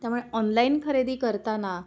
त्यामुळे ऑनलाईन खरेदी करताना